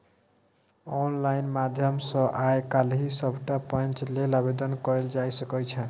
online माध्यम सँ आय काल्हि सभटा पैंच लेल आवेदन कएल जाए सकैत छै